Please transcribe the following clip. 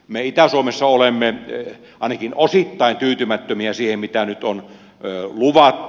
me itä suomessa olemme ainakin osittain tyytymättömiä siihen mitä nyt on luvattu